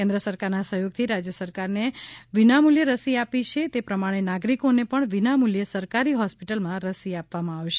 કેન્દ્ર સરકારના સહયોગથી રાજ્ય સરકારને વિના મુલ્યે રસી આપી છે તે પ્રમાણે નાગરિકોને પણ વિના મુલ્ચે સરકારી હોસ્પિટલમાં રસી આપવામાં આવશે